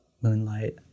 Moonlight